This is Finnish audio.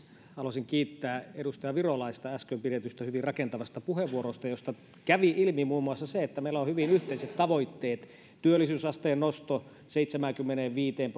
haluaisin kiittää edustaja virolaista äsken pidetystä hyvin rakentavasta puheenvuorosta josta kävi ilmi muun muassa se että meillä on hyvin yhteiset tavoitteet työllisyysasteen nosto seitsemäänkymmeneenviiteen